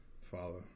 follow